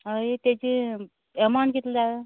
हय तेची अमांवट कितलो आसा